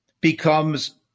becomes